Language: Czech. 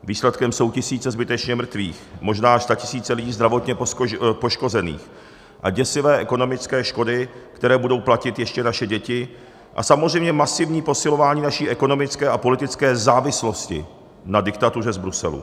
Výsledkem jsou tisíce zbytečně mrtvých, možná až statisíce lidí zdravotně poškozených a děsivé ekonomické škody, které budou platit ještě naše děti, a samozřejmě masivní posilování naší ekonomické a politické závislosti na diktatuře z Bruselu.